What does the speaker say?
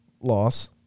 Loss